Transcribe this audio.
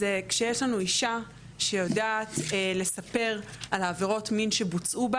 זה כשיש לנו אישה שיודעת לספר על העבירות מין שבוצעו בה